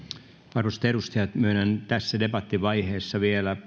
arvoisat edustajat myönnän tässä debattivaiheessa vielä